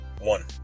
one